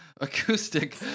acoustic